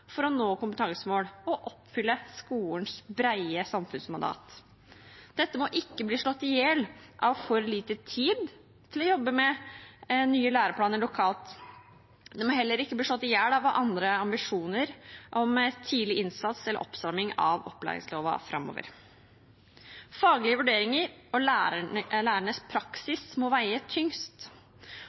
for å nå kompetansemål og oppfylle skolens brede samfunnsmandat. Dette må ikke bli slått i hjel av for lite tid til å jobbe med nye læreplaner lokalt. Det må heller ikke bli slått i hjel av andre ambisjoner om tidlig innsats eller oppstramming av opplæringsloven framover. Faglige vurderinger og lærernes praksis må veie tyngst.